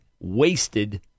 wasted